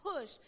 push